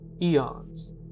Eons